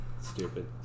Stupid